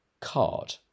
card